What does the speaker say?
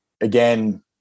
again